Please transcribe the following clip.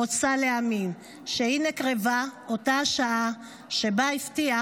רוצה להאמין / שהינה קרבה אותה השעה / שבה הבטיח